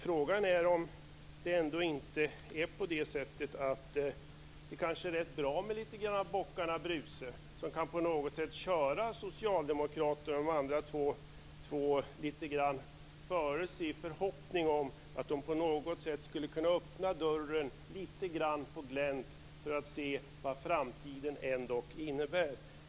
Frågan är om det kanske är rätt bra med lite grann av Bockarna Bruse, som på något sätt kan köra Socialdemokraterna och de andra två lite före sig i förhoppning om att de skall kunna öppna dörren lite grann på glänt för att se vad framtiden ändock innebär.